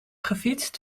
gefietst